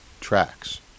tracks